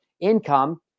income